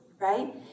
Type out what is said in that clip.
Right